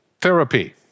Therapy